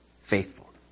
faithful